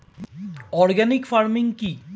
Organic farming কি?